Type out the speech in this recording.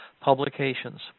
publications